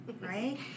right